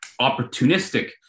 opportunistic